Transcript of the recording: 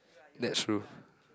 that's true